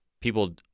people